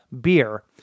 beer